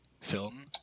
film